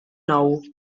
nou